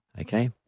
Okay